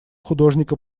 художника